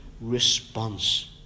response